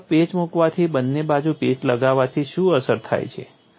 એક તરફ પેચ મૂકવાથી બંને બાજુ પેચ લગાવવાથી શું અસર થાય છે